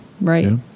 Right